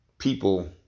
People